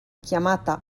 chiamata